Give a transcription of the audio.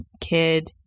kid